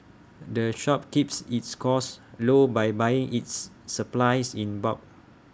the shop keeps its costs low by buying its supplies in bulk